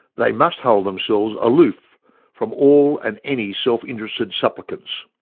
they must hold themselves aloof from all and any self-interested supplicants.